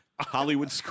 Hollywood